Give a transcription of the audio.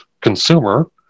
consumer